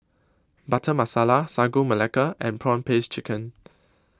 Butter Masala Sagu Melaka and Prawn Paste Chicken